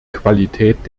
qualität